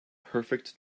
perfect